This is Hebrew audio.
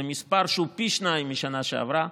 זה מספר שהוא פי שניים משנה שעברה,